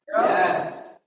Yes